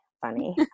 funny